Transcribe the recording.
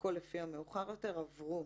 "הכול לפי המאוחר יותר עברו